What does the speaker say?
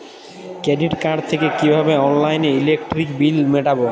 Credit card থেকে কিভাবে অনলাইনে ইলেকট্রিক বিল মেটাবো?